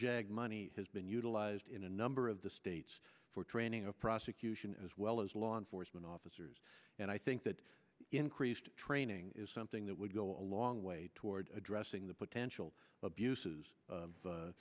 jag money has been utilized in a number of the states for training of prosecution as well as law enforcement officers and i think that increased training is something that would go a long way toward addressing the potential abuses of